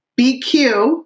BQ